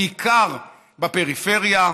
בעיקר בפריפריה,